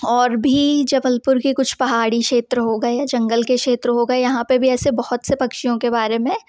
और भी जबलपुर की कुछ पहाड़ी क्षेत्र हो गए जंगल के क्षेत्र हो गए यहाँ पर भी ऐसे बहुत से पक्षियों के बारे में